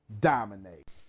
dominate